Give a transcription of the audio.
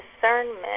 discernment